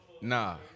Nah